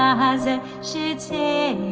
um hazeh sh'tay